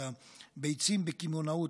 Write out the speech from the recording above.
זה הביצים בקמעונאות,